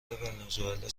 ونزوئلا